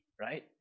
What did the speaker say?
right